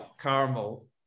Caramel